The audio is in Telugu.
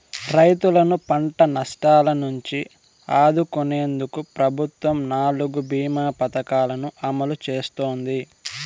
రైతులను పంట నష్టాల నుంచి ఆదుకునేందుకు ప్రభుత్వం నాలుగు భీమ పథకాలను అమలు చేస్తోంది